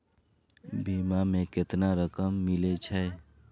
बीमा में केतना रकम मिले छै?